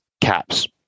caps